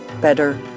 better